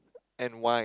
and why